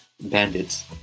bandits